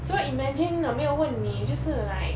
so imagine 我有没有问你就是 like